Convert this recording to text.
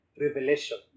revelation